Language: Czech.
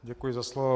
Děkuji za slovo.